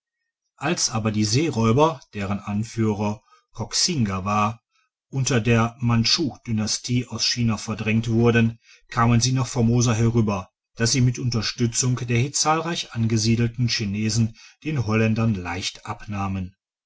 als aber die seeräuber deren anführer koxinga war unter der mandschu dynastie aus china verdrängt wurden kamen sie nach formosa herüber das sie mit unterstützung der hier zahlreich angesiedelten chinesen den holländern leicht abnahmen